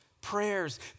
prayers